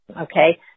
okay